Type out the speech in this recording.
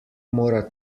mora